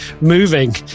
moving